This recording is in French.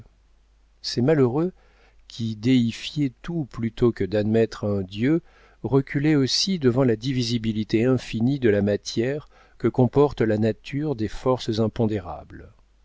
ces malheureux qui déifiaient tout plutôt que d'admettre un dieu reculaient aussi devant la divisibilité infinie de la matière que comporte la nature de forces impondérables